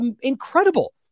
incredible